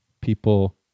people